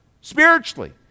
Spiritually